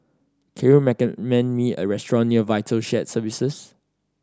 can you recommend me a restaurant near Vital Shared Services